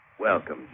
Welcome